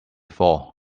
four